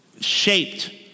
shaped